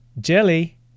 jelly